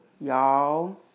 Y'all